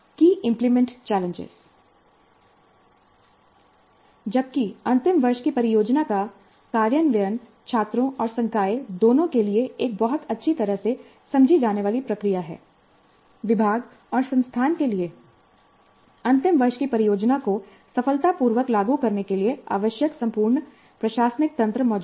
की implementation challenge जबकि अंतिम वर्ष की परियोजना का कार्यान्वयन छात्रों और संकाय दोनों के लिए एक बहुत अच्छी तरह से समझी जाने वाली प्रक्रिया है विभाग और संस्थान के लिए अंतिम वर्ष की परियोजना को सफलतापूर्वक लागू करने के लिए आवश्यक संपूर्ण प्रशासनिक तंत्र ज्यादातर समय मौजूद है